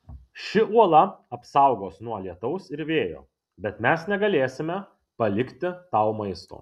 ši uola apsaugos nuo lietaus ir vėjo bet mes negalėsime palikti tau maisto